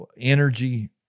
energy